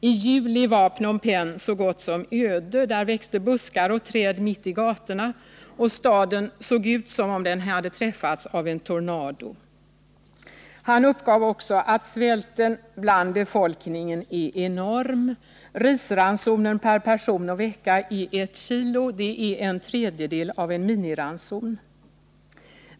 I juli var Phnom Penh så gott som öde. Där växte buskar och träd mitt i gatorna. Staden såg ut som om den hade träffats av en tornado. Han uppgav också att svälten bland befolkningen är enorm. Risransonen per person och vecka är ett kilo, vilket är en tredjedel av en minimiranson.